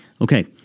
Okay